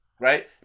right